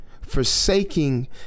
forsaking